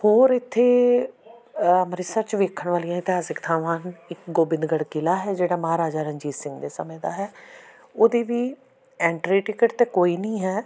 ਹੋਰ ਇੱਥੇ ਅੰਮ੍ਰਿਤਸਰ 'ਚ ਵੇਖਣ ਵਾਲੀਆਂ ਇਤਿਹਾਸਿਕ ਥਾਵਾਂ ਇੱਕ ਗੋਬਿੰਦਗੜ ਕਿਲ੍ਹਾ ਹੈ ਜਿਹੜਾ ਮਹਾਰਾਜਾ ਰਣਜੀਤ ਸਿੰਘ ਦੇ ਸਮੇਂ ਦਾ ਹੈ ਉਹਦੀ ਵੀ ਐਂਟਰੀ ਟਿਕਟ ਤਾਂ ਕੋਈ ਨਹੀਂ ਹੈ